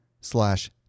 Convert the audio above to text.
slash